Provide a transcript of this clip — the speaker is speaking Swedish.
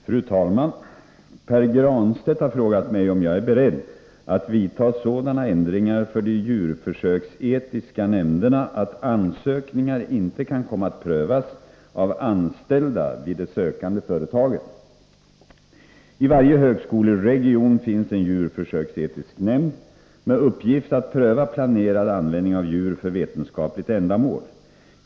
Fru talman! Pär Granstedt har frågat mig om jag är beredd att vidta sådana ändringar för de djurförsöksetiska nämnderna att ansökningar inte kan komma att prövas av anställda vid det sökande företaget. I varje högskoleregion finns en djurförsöksetisk nämnd med uppgift att pröva planerad användning av djur för vetenskapligt ändamål.